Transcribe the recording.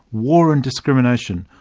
war and discrimination,